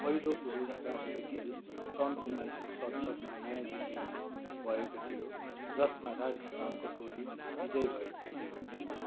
पहिलो पुरुष राष्ट्रिय खेल सन् उन्नाइसौँ सत्तरमा नयाँ दिल्लीमा भएको थियो जसमा राजस्थानको टोली विजयी भएको थियो